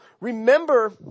remember